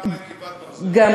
יש גם